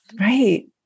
right